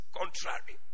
contrary